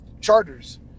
charters